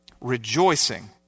Rejoicing